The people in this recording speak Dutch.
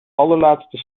allerlaatste